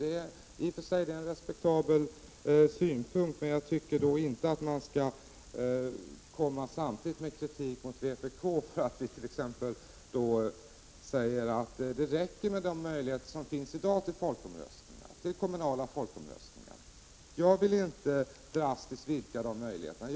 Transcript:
Det är i och för sig en respektabel synpunkt, men jag tycker inte att man samtidigt skall rikta kritik mot oss i vpk för att vi säger att det räcker med de möjligheter till kommunala folkomröstningar som finns i dag. Jag vill inte att de möjligheterna drastiskt vidgas.